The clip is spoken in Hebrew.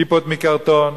כיפות מקרטון,